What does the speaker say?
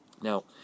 Now